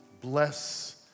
bless